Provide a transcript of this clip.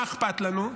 מה אכפת לנו.